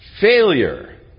failure